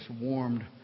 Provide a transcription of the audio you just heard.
warmed